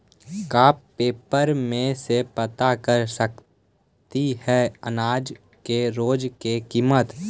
का पेपर में से पता कर सकती है अनाज के रोज के किमत?